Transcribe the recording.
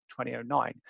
2009